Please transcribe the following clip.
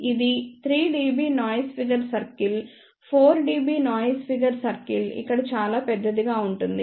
ఇది 3 dB noise figure circle 4 dB noise figure circle ఇక్కడ చాలా పెద్దదిగా ఉంటుంది